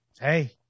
Hey